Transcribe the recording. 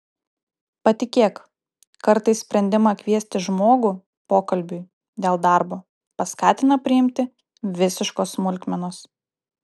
patikėk kartais sprendimą kviesti žmogų pokalbiui dėl darbo paskatina priimti visiškos smulkmenos